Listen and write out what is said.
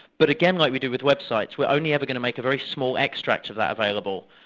but again like we do with websites, we're only ever going to make a very small extract of that available,